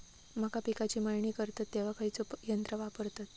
मका पिकाची मळणी करतत तेव्हा खैयचो यंत्र वापरतत?